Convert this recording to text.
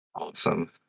awesome